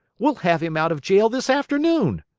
we'll have him out of jail this afternoon.